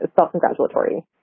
self-congratulatory